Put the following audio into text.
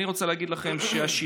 אני רוצה להגיד לכם שהשינוי,